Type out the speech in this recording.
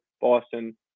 Boston